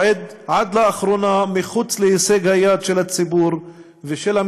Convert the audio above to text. עד לאחרונה מחוץ להישג ידו של הציבור,